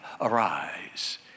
arise